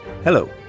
Hello